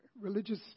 religious